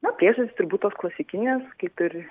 na priežastys turbūt tos klasikinės kaip ir